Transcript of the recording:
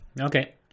okay